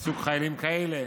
מסוג חיילים כאלה